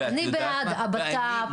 אני בעד: הבט"פ,